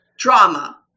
Drama